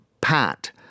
Pat